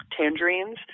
tangerines